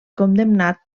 condemnat